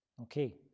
Okay